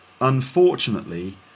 unfortunately